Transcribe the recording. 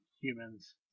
Humans